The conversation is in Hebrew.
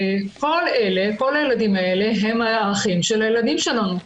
כל הילדים האלה הם האחים של הילדים שלנו.